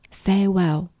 ，farewell，